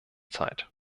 zeit